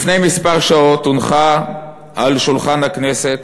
לפני כמה שעות הונחה על שולחן הכנסת